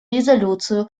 резолюцию